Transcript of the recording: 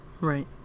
Right